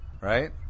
right